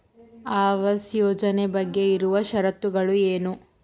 ಆವಾಸ್ ಯೋಜನೆ ಬಗ್ಗೆ ಇರುವ ಶರತ್ತುಗಳು ಏನು?